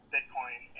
Bitcoin